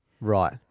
Right